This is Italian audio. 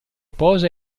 posa